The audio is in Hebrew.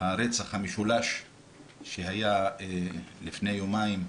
הרצח המשולש שהיה לפני יומיים.